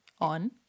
On